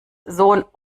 sohn